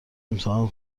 امتحان